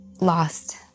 lost